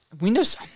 Windows